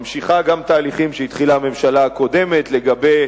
ממשיכה גם תהליכים שהתחילה הממשלה הקודמת לגבי